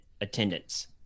attendance